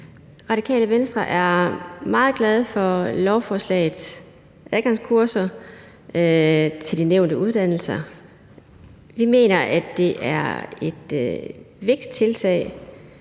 Radikale Venstre er meget glade for lovforslagets adgangskurser til de nævnte uddannelser. Vi mener, det er et vigtigt tiltag